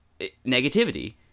negativity